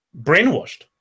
Brainwashed